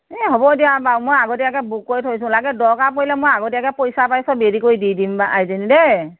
এই হ'ব দিয়া বাৰু মই আগতীয়াকৈ বুক কৰি থৈছোঁ লাগে দৰকাৰ পৰিলে মই আগতীয়াকৈ পইচা পা সব ৰেদি কৰি দি দিম আইজনী দেই